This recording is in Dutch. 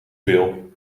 veel